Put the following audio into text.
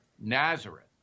Nazareth